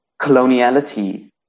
coloniality